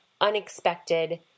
unexpected